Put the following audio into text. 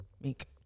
Meek